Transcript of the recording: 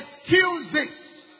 excuses